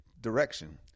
direction